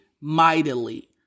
mightily